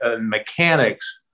mechanics